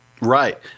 Right